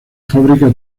fabrica